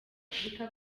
afurika